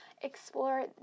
Explore